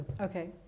Okay